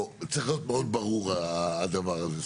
בוא, צריך להיות מאוד ברור הדבר הזה.